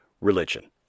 religion